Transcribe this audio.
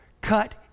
Cut